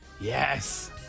Yes